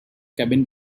cabin